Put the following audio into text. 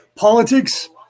Politics